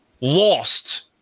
lost